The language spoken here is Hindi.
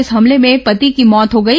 इस हमले में पति की मौत हो गई